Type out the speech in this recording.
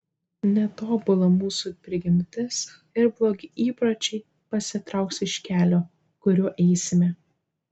netobula mūsų prigimtis ir blogi įpročiai pasitrauks iš kelio kuriuo eisime